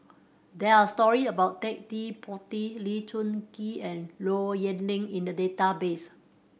there are story about Ted De Ponti Lee Choon Kee and Low Yen Ling in the database